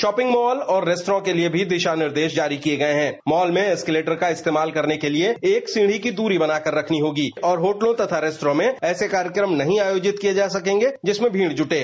shopping mall और restaurant के लिए भी दिशा निर्देश जारी किए गए हैं मॉल में एस्केलेटर का इस्तेमाल करने के लिए एक सीढ़ी की दूरी बनाकर रखनी होगी और होटलों तथा रेस्तरां में ऐसे कार्यक्रम नहीं आयोजित किया जा सकेंगे जिसमें भीड़ जुटे